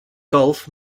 gulf